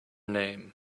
name